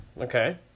Okay